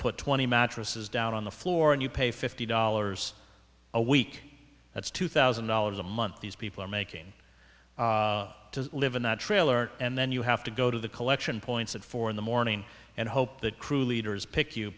put twenty mattresses down on the floor and you pay fifty dollars a week that's two thousand dollars a month these people are making to live in that trailer and then you have to go to the collection points at four in the morning and hope that crew leaders pick you